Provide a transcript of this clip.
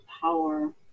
power